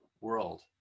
world